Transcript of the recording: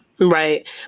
Right